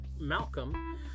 Malcolm